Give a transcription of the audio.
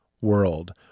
world